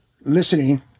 listening